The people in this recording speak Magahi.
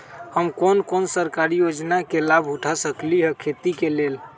हम कोन कोन सरकारी योजना के लाभ उठा सकली ह खेती के लेल?